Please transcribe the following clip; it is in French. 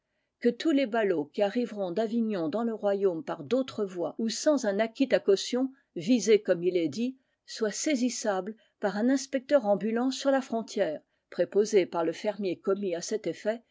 que tous les ballots qui arriveront d'avignon dans le royaume par d'autres voies ou sans un acquit à caution visé comme il est dit soient saisissables par un inspecteur ambulant sur la frontière préposé par le fermier commis à cet effet